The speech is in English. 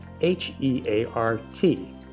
H-E-A-R-T